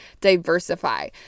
diversify